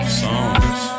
songs